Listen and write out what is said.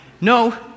no